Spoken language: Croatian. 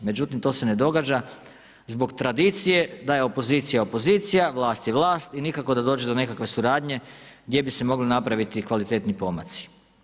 Međutim to se ne događa zbog tradicije da je opozicija, opozicija, vlast je vlast i nikako da dođe do nekakve suradnje gdje bi se mogli napraviti kvalitetni pomaci.